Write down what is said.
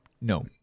No